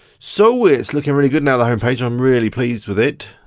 so it's looking really good now, the homepage. i'm really pleased with it.